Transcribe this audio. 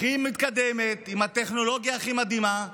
הכי מתקדמת, עם הטכנולוגיה הכי מדהימה,